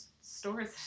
stores